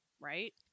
Right